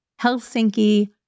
Helsinki